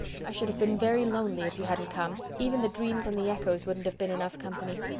i should have been very lonely if you hadn't come. even the dreams and the echoes wouldn't have been enough company.